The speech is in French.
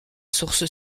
source